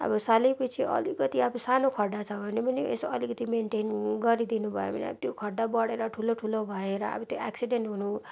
अब साल पछि अलिकति अब सानो गड्डा छ भने पनि यसो अलिकति मेनटेन गरिदिनु भयो भने त्यो गड्डा बढेर ठुलो ठुलो भएर अब त्यो एक्सिडेन्ट हुनु